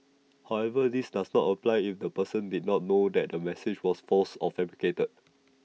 however this does not apply if the person did not know that the message was false or fabricated